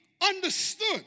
understood